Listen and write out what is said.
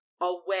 away